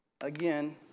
Again